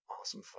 Awesome